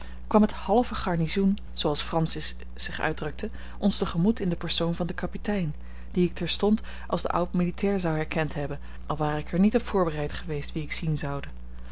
kwam het halve garnizoen zooals francis zich uitdrukte ons te gemoet in den persoon van den kapitein dien ik terstond als den oud militair zou herkend hebben al ware ik er niet op voorbereid geweest wien ik zien zoude